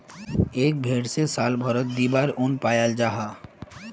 एक भेर से साल भारोत दी बार उन पाल जाहा